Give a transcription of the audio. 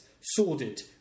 sordid